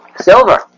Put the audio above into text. silver